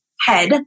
head